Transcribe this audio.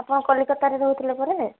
ଆପଣ କଲିକତାରେ ରହୁଥିଲେ ପରା